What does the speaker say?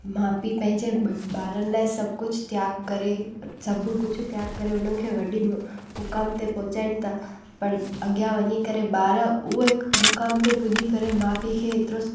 माउ पीउ पंहिंजे ॿारनि लाइ सभु कुझु त्याॻु करे सभु कुझु त्याॻु करे हुननि खे वॾी मुक़ाम ते पहुचाइनि था पर अॻियां वञी करे ॿार उहे मुक़ाम ते पुॼी करे माउ पीउ खे हेतिरो